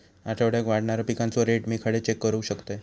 आठवड्याक वाढणारो पिकांचो रेट मी खडे चेक करू शकतय?